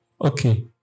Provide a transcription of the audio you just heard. Okay